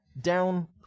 down